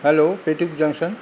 hello Petuk junction